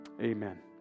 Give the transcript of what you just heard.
Amen